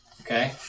okay